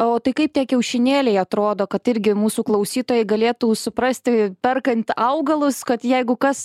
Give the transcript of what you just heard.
o tai kaip tie kiaušinėliai atrodo kad irgi mūsų klausytojai galėtų suprasti perkant augalus kad jeigu kas